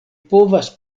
povas